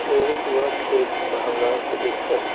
प्रेरित हुआ खेल भावना को देख कर